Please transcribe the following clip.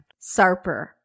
Sarper